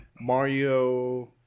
Mario